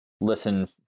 listen